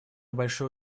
большое